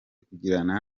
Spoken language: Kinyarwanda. kugirana